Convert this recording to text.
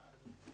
זאת אומרת,